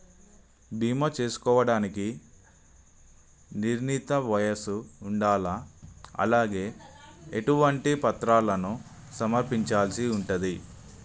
బీమా చేసుకోవడానికి నిర్ణీత వయస్సు ఉండాలా? అలాగే ఎటువంటి పత్రాలను సమర్పించాల్సి ఉంటది?